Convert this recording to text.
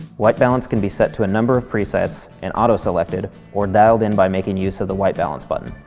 white balance can be set to a number of presets and auto-selected, or dialed in by making use of the white balance button.